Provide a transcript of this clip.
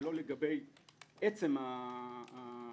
אבל לא לגבי עצם הפעולה,